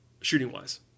shooting-wise